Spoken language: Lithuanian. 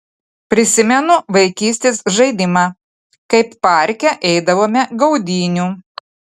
prisimenu vaikystės žaidimą kaip parke eidavome gaudynių